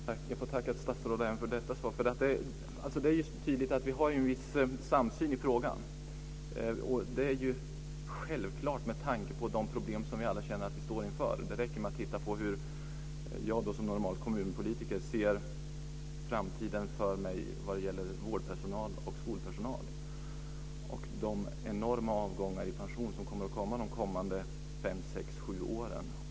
Fru talman! Jag får tacka statsrådet även för det svaret. Det är tydligt att vi har en viss samsyn i frågan, och det är ju självklart med tanke på de problem som vi alla står inför. Det räcker med att se på hur jag som kommunpolitiker ser på framtiden när det gäller skolpersonal och vårdpersonal och de enorma pensionsavgångar som blir aktuella under de närmaste 5-7 åren.